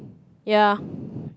ya